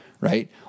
right